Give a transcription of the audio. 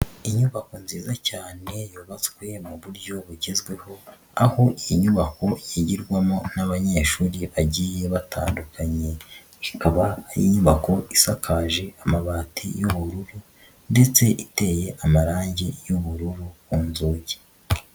Inyubako nziza cyane yubatswe mu buryo bugezweho, aho iyo nyubako yigirwamo n'abanyeshuri bagiye batandukanye, ikaba ari inyubako isakaje amabati y'ubururu ndetse iteye amarangi y'ubururu ku nzugi.